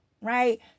right